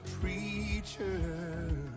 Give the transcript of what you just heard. preacher